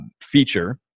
feature